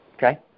Okay